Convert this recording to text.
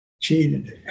Cheated